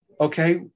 Okay